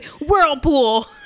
Whirlpool